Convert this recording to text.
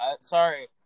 Sorry